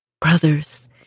Brothers